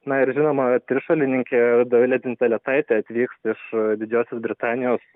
na ir žinoma trišuolininkė dovilė dzindzaletaitė atvyks iš didžiosios britanijos